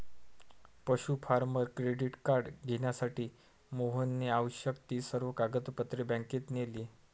पशु farmer credit card घेण्यासाठी मोहनने आवश्यक ती सर्व कागदपत्रे बँकेत नेली